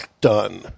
Done